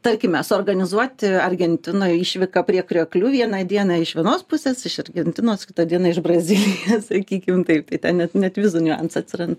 tarkime suorganizuoti argentinoj išvyką prie krioklių vieną dieną iš vienos pusės iš argentinos kitą dieną iš brazilijos sakykim taip tai net net visų niuansų atsiranda